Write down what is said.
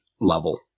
level